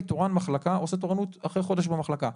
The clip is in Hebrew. תורן מחלקה עושה תורנות אחרי חודש במחלקה.